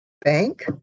Bank